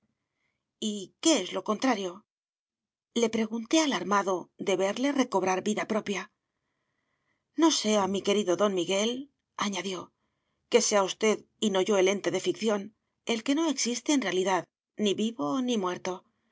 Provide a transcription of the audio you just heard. qué es lo contrario le pregunté alarmado de verle recobrar vida propia no sea mi querido don miguelañadió que sea usted y no yo el ente de ficción el que no existe en realidad ni vivo ni muerto